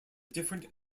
different